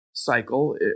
cycle